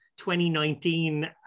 2019